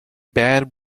bad